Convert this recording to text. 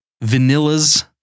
Vanilla's